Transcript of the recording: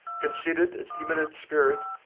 considered as immanent spirit,